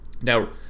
Now